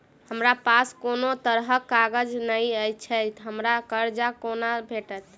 हमरा पास कोनो तरहक कागज नहि छैक हमरा कर्जा कोना भेटत?